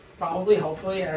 probably, hopefully.